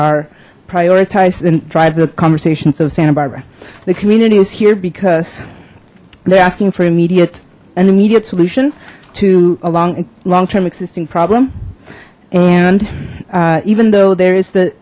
are prioritized and drive the conversations of santa barbara the community is here because they're asking for immediate and immediate solution to a long long term existing problem and even though there is th